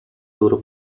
loro